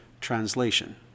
Translation